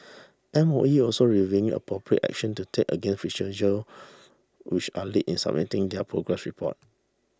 M O E also reviewing appropriate action to take against which are late in submitting their progress report